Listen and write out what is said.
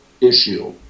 issue